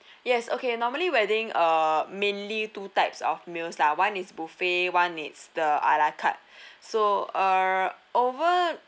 yes okay normally wedding uh mainly two types of meals lah one is buffet one it's the a la carte so err over